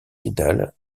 finale